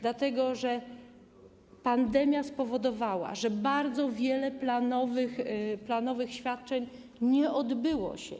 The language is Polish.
Dlatego, że pandemia spowodowała, że bardzo wiele planowych świadczeń nie odbyło się.